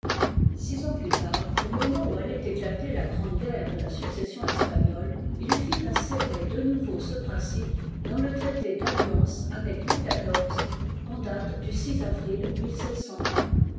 six ans plus tard au moment où allait éclater la grande guerre de la succession espagnole il fit insérer de nouveau ce principe dans le traité d'alliance avec louis xiv en date du avril